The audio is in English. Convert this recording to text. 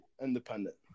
independent